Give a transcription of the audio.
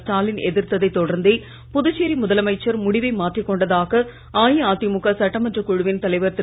ஸ்டாலின் எதிர்த்ததை தொடர்ந்தே புதுச்சேரி முதலமைச்சர் முடிவை மாற்றிக் கொண்டதாக அஇஅதிமுக சட்டமன்ற குழுவின் தலைவர் திரு